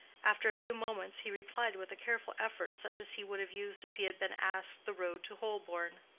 after a few moments, he replied with a careful effort such as he would have used if he had been asked the road to holborn